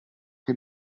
che